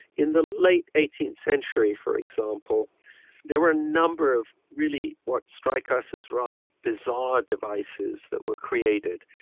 in the late eighteenth century for example there were a number of really what strike us as rather bizarre devices that were created.